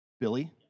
Billy